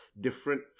different